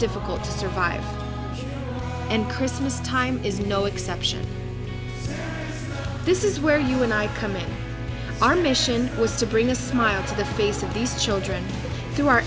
difficult to survive and christmas time is no exception this is where you and i come in our mission was to bring a smile to the face of these children who are